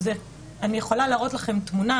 אני יכולה להראות לכם תמונות.